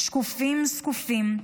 "שקופים זקופים",